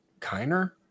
Kiner